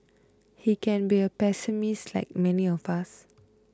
he can be a pessimist like many of us